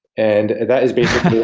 and that is basically